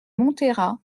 montera